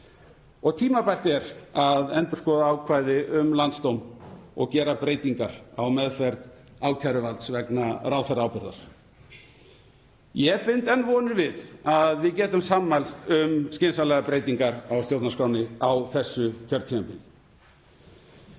Tímabært er að endurskoða ákvæði um Landsdóm og gera breytingar á meðferð ákæruvalds vegna ráðherraábyrgðar. Ég bind enn vonir við að við getum sammælst um skynsamlegar breytingar á stjórnarskránni á þessu kjörtímabili.